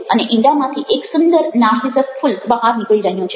અને ઈંડામાંથી એક સુંદર નાર્સિસસ ફૂલ બહાર નીકળી રહ્યું છે